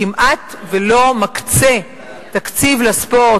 כמעט לא מקצה תקציב לספורט.